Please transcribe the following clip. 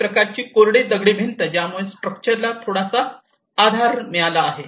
एक प्रकारची कोरडी दगडी भिंत ज्यामुळे स्ट्रक्चरला थोडासा आधार मिळाला आहे